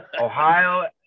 Ohio